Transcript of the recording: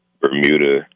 Bermuda